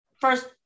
first